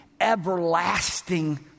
everlasting